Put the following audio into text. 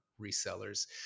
resellers